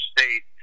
State